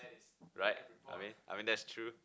right I mean I mean that's true